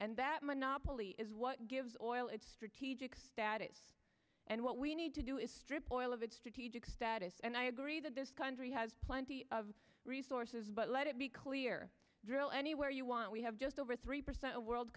and that monopoly is what gives oil its strategic status and what we need to do is strip oil of its strategic status and i agree that this country has plenty of resources but let it be clear drill anywhere you want we have just over three percent of world